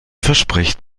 verspricht